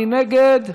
מי נגד?